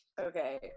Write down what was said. Okay